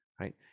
right